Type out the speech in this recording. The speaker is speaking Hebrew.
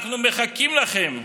אנחנו מחכים לכם.